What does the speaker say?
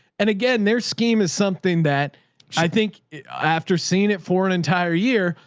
and again, their scheme is something that i think after seeing it for an entire year,